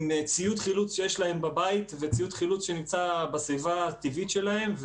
עם ציוד חילוץ שיש להם בבית וציוד חילוץ שנמצא בסביבה הטבעית שלהם.